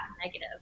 negative